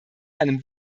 einem